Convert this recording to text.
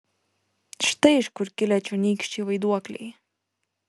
štai iš kur kilę čionykščiai vaiduokliai